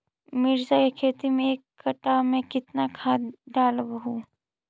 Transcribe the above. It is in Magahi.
मिरचा के खेती मे एक कटा मे कितना खाद ढालबय हू?